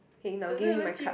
K now give me my card